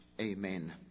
amen